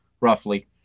roughly